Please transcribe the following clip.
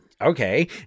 okay